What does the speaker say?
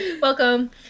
Welcome